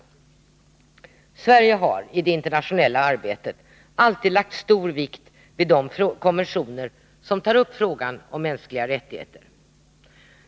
Sverige har i det internationella arbetet alltid lagt stor vikt vid de olika konventioner som tar upp frågan om mänskliga rättigheter.